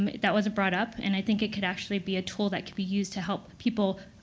um that wasn't brought up, and i think it could actually be a tool that could be used to help people